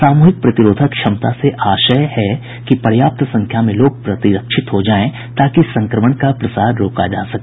सामूहिक प्रतिरोधक क्षमता से आशय है कि पर्याप्त संख्या में लोग प्रतिरक्षित हो जायें ताकि संक्रमण का प्रसार रोका जा सके